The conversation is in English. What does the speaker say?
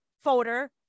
folder